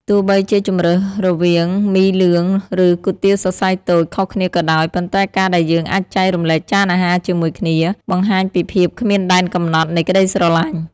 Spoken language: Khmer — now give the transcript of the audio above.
ទោះបីជាជម្រើសរវាង មីលឿង ឬ គុយទាវសរសៃតូច ខុសគ្នាក៏ដោយ ប៉ុន្តែការដែលយើងអាចចែករំលែកចានអាហារជាមួយគ្នា បង្ហាញពីភាពគ្មានដែនកំណត់នៃក្តីស្រឡាញ់។